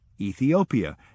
Ethiopia